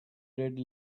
red